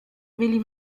byli